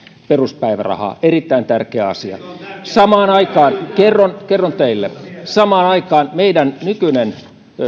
peruspäivärahaa erittäin tärkeä asia samaan aikaan kerron kerron teille meidän nykyinen